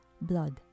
blood